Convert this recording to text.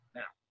now